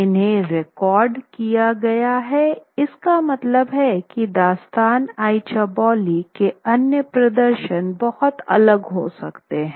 इन्हे रिकॉर्ड किया गया है इसका मतलब है कि दास्तान आई चौबोली के अन्य प्रदर्शन बहुत अलग हो सकते हैं